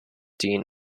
dean